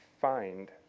find